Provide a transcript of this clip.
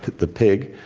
the pig.